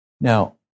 Now